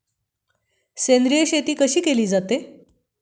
सेंद्रिय शेती कशी केली जाते?